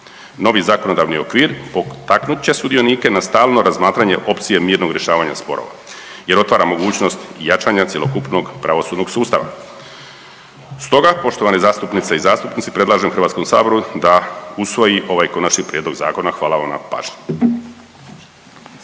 Novi zakonodavni okvir potaknut će sudionike na stalno razmatranje opcije mirnog rješavanja sporova, jer otvara mogućnost jačanja cjelokupnog pravosudnog sustava. Stoga poštovane zastupnice i zastupnici predlažem Hrvatskom saboru da usvoji ovaj konačni prijedlog zakona. Hvala vam na pažnji.